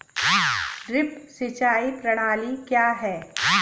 Drip सिंचाई प्रणाली क्या है?